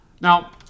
Now